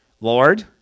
Lord